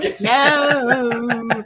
no